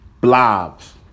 blobs